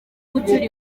gucyura